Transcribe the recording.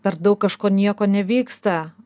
per daug kažko nieko nevyksta